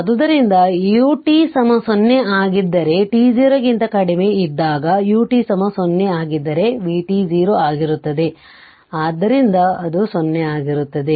ಆದ್ದರಿಂದ ut 0 ಆಗಿದ್ದರೆ ಆದ್ದರಿಂದ t 0 ಕ್ಕಿಂತ ಕಡಿಮೆ ಇದ್ದಾಗ ut 0 ಆಗಿದ್ದರೆvt 0 ಆಗಿರುತ್ತದೆ ಆದ್ದರಿಂದ ಅದು 0 ಆಗಿರುತ್ತದೆ